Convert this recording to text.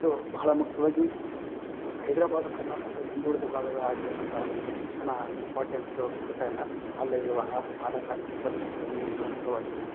ಇದು ಬಹಳ ಮುಖ್ಯವಾಗಿ ಹೈದರಾಬಾದ್ ಕರ್ನಾಟಕದ ಹಿಂದುಳಿದ ಭಾಗದ ಆಗಿರೋದರಿಂದ ಇಲ್ಲಿ ಶಿಕ್ಷಣ ಇಂಪಾರ್ಟೆಂಟ್ಸು ಕೊಡ್ತಾ ಇಲ್ಲ ಬಾಲ್ಯವಿವಾಹ ಬಾಲ ಕಾರ್ಮಿಕ ಪದ್ದತಿಗಳು ಇನ್ನೂ ನಿರಂತರವಾಗಿವೆ